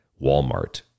Walmart